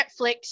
Netflix